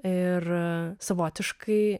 ir savotiškai